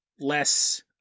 less